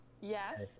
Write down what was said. Yes